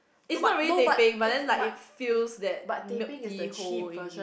it's not really teh peng but then like it fills that milk tea hole in me